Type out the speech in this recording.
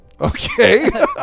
Okay